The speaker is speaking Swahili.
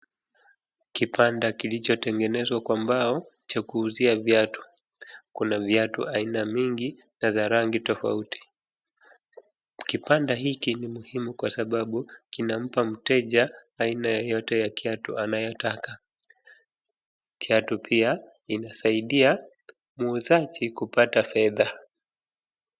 Kibanda kilichotengezwa kwa mbao cha kuuzia viatu. Kuna viatu aina mingi na za rangi tofauti. Kibanda hiki ni muhimu kwa sababu kinampaa mteja aina yeyote ya kiatu anayotaka. Kiatu pia inasaidia muuzaji kupata fedha.